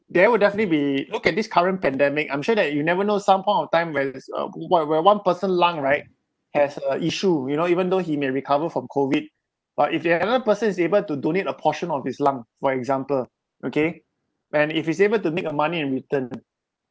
there would definitely be look at this current pandemic I'm sure that you never know some point of time where there's uh g~ wh~ where one person lung right has a issue you know even though he may recover from COVID but if they're another person is able to donate a portion of his lung for example okay and if he's able to make a money in return